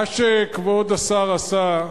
מה שכבוד השר עשה,